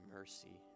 mercy